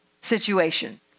situation